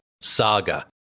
saga